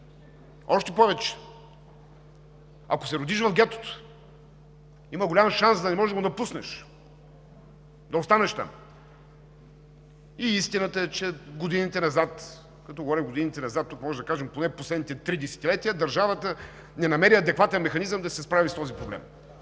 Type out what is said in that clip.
Още повече – ако се родиш в гетото, има голям шанс да не можеш да го напуснеш, да останеш там. И истината е, че в годините назад – като говорим годините назад, тук може да кажем поне последните три десетилетия, държавата не намери адекватен механизъм да се справи с този проблем,